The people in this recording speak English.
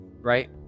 right